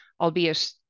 albeit